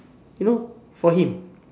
you know for him